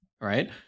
right